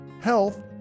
health